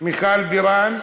מיכל בירן,